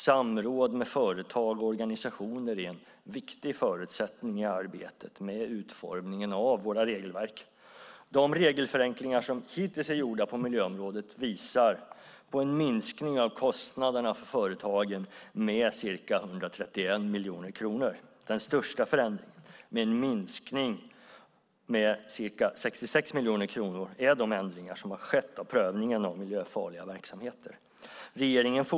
Samråd med företag och organisationer är en viktig förutsättning i arbetet med utformningen av våra regelverk. De regelförenklingar som hittills är gjorda på miljöområdet visar på en minskning av kostnaderna för företagen med ca 131 miljoner kronor. Den största förändringen, med en minskning med ca 66 miljoner kronor, utgörs av de ändringar som har skett av prövningen av miljöfarliga verksamheter.